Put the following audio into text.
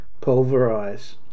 Pulverize